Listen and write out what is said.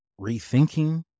rethinking